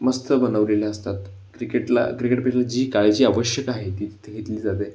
मस्त बनवलेले असतात क्रिकेटला क्रिकेटपेक्षा जी काळजी आवश्यक आहे ती तिथं घेतली जाते